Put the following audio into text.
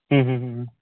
ಹ್ಞೂ ಹ್ಞೂ ಹ್ಞೂ ಹ್ಞೂ